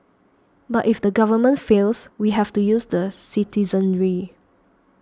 but if the government fails we have to use the citizenry